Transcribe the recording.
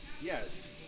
Yes